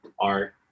art